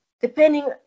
depending